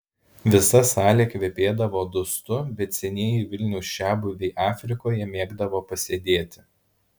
visa salė kvepėdavo dustu bet senieji vilniaus čiabuviai afrikoje mėgdavo pasėdėti